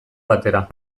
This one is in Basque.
batera